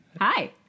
Hi